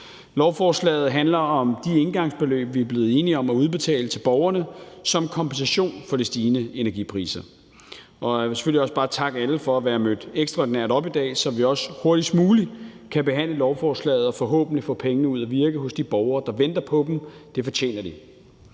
Lovforslaget handler om de engangsbeløb, vi er blevet enige om at udbetale til borgerne som kompensation for de stigende energipriser. Jeg vil selvfølgelig også bare takke alle for at være mødt ekstraordinært op i dag, så vi hurtigst muligt kan behandle lovforslaget og forhåbentlig få pengene ud at virke hos de borgere, der venter på dem. Det fortjener de.